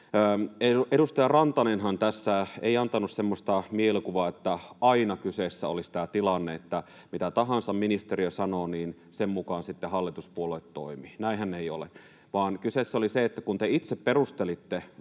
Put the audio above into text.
Edustaja Rantanenhan tässä ei antanut semmoista mielikuvaa, että aina kyseessä olisi tämä tilanne, että mitä tahansa ministeriö sanoo, niin sen mukaan sitten hallituspuolueet toimivat. Näinhän ei ole, vaan kyseessä oli se, että kun te itse perustelitte,